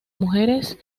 mujeres